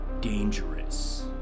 dangerous